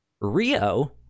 rio